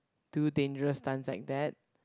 do dangerous stunts like that